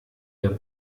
der